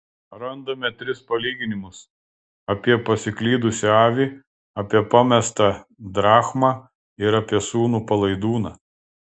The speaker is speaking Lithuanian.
randame tris palyginimus apie pasiklydusią avį apie pamestą drachmą ir apie sūnų palaidūną